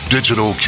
Digital